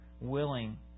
willing